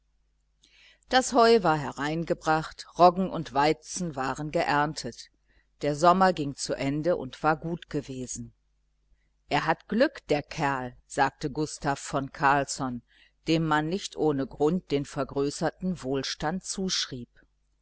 das heu war hereingebracht roggen und weizen waren geerntet der sommer ging zu ende und war gut gewesen er hat glück der kerl sagte gustav von carlsson dem man nicht ohne grund den vergrößerten wohlstand zuschrieb